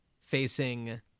facing